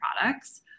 products